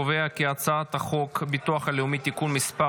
אני קובע כי הצעת חוק הביטוח הלאומי (תיקון מס'